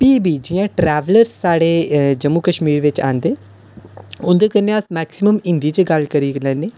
भी बी जि'यां ट्रैवलर साढ़े जम्मू कश्मीर बिच औंदे उं'दे कन्नै अस मैक्सीमम हिंदी च गल्ल बी करी लैन्ने